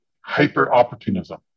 hyper-opportunism